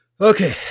Okay